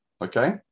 Okay